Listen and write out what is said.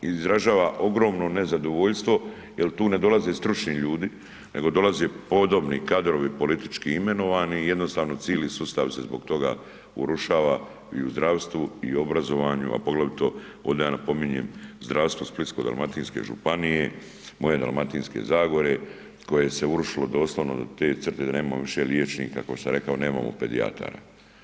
Izražava ogromno nezadovoljstvo jer tu ne dolaze stručni ljudi nego dolaze podobni kadrovi politički imenovani i jednostavno cijeli sustav se zbog toga urušava i u zdravstvu i u obrazovanju a poglavito, ovdje ja napominjem zdravstvu Splitsko-dalmatinske županije, moje Dalmatinske zagore koje se urušilo doslovno do te crte da nemamo više liječnika, kao što sam rekao nemamo pedijatara.